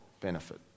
benefit